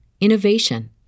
innovation